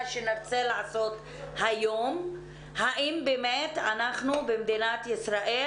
היום נרצה לבדוק האם באמת אנחנו במדינת ישראל